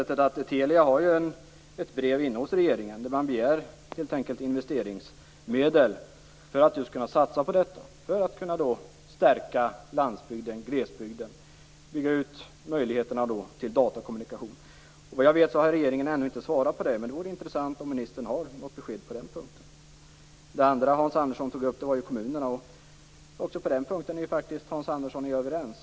Telia har ett brev inne hos regeringen där man begär investeringsmedel för att man skall kunna satsa på detta, för att kunna stärka landsbygden och glesbygden, bygga ut möjligheterna till datakommunikationer. Såvitt jag vet har regeringen ännu inte svarat på det. Det vore intressant om ministern har något besked på den punkten. Det andra Hans Andersson tog upp var kommunerna. Också på den punkten är jag och Hans Andersson överens.